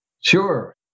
Sure